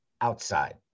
outside